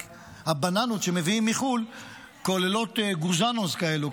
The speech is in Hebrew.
רק שהבננות שמביאים מחו"ל כוללות "גוזנוס" כאלה,